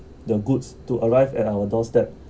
the goods to arrive at our doorstep